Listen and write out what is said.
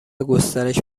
گسترش